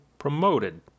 Promoted